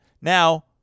Now